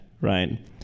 right